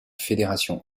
fédération